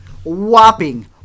whopping